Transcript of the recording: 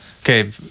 Okay